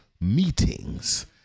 meetings